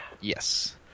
Yes